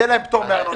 יהיה להם פטור מארנונה?